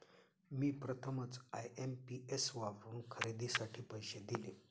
मी प्रथमच आय.एम.पी.एस वापरून खरेदीसाठी पैसे दिले